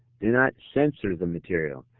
do not censor the material.